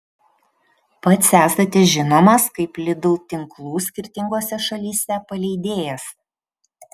pats esate žinomas kaip lidl tinklų skirtingose šalyse paleidėjas